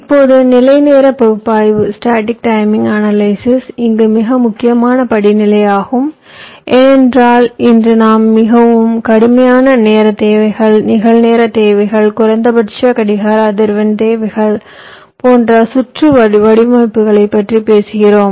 இப்போது நிலை நேர பகுப்பாய்வு இங்கு மிக முக்கியமான படிநிலை ஆகும் ஏனென்றால் இன்று நாம் மிகவும் கடுமையான நேர தேவைகள் நிகழ்நேர தேவைகள் குறைந்தபட்ச கடிகார அதிர்வெண் தேவைகள் போன்ற சுற்று வடிவமைப்புகளைப் பற்றி பேசுகிறோம்